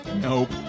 Nope